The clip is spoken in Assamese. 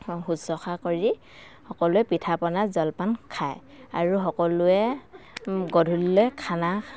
শুশ্ৰুষা কৰি সকলোৱে পিঠা পনা জলপান খায় আৰু সকলোৱে গধূলিলৈ খানা